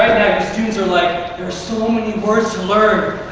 students are like, there's so many words to learn,